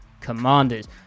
Commanders